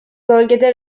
bölgede